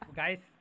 guys